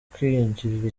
kwigirira